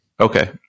Okay